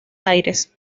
aires